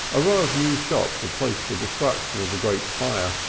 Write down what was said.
a row of new shops replaced the destruction of the great fire.